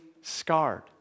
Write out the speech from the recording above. scarred